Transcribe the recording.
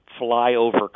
flyover